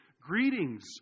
Greetings